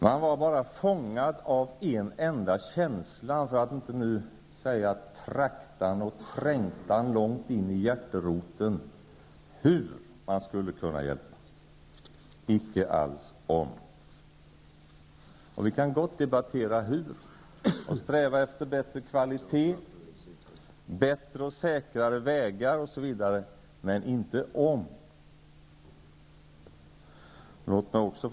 Man var bara fångad av en enda känsla, för att inte säga en traktan och en trängtan långt in i hjärteroten, nämligen hur man skulle kunna hjälpa, icke alls om. Vi kan gott debattera hur vi kan hjälpa, hur vi kan sträva efter bättre kvalitet, bättre och säkrare vägar, osv., men inte om vi skall hjälpa.